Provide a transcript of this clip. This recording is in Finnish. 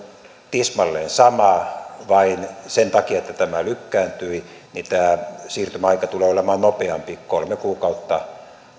tismalleen sama vain sen takia että tämä lykkääntyi tämä siirtymäaika tulee olemaan nopeampi kolme kuukautta